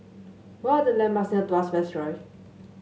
what are the landmarks near Tuas West Drive